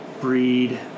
breed